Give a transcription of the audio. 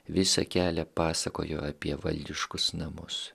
visą kelią pasakojo apie valdiškus namus